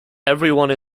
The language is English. everyone